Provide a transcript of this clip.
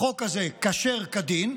החוק הזה כשר כדין,